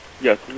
Yes